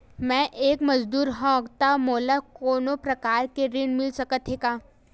मैं एक मजदूर हंव त मोला कोनो प्रकार के ऋण मिल सकत हे का?